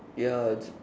ya